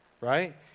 right